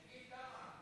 תגיד כמה.